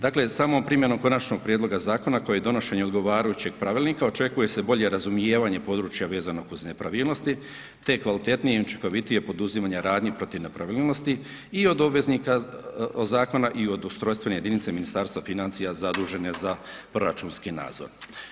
Dakle, samom primjenom konačnog prijedloga zakona kao i donošenje odgovarajućeg pravilnika, očekuje se bolje razumijevanje područja vezano kroz nepravilnosti te kvalitetnije i učinkovitije poduzimanje radnji protiv nepravilnosti i od obveznika zakona i od ustrojstvene jedinice Ministarstva financija zadužene za proračunski nadzor.